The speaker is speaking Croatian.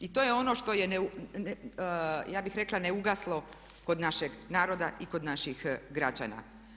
I to je ono što je ja bih rekla neugaslo kod našeg naroda i kod naših građana.